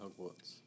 Hogwarts